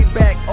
back